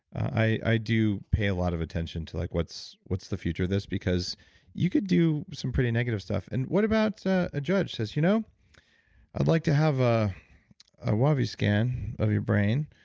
i do pay a lot of attention to like what's what's the future of this because you could do some pretty negative stuff and what about a judge says, you know i'd like to have ah a wavi scan of your brain.